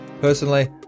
Personally